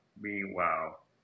meanwhile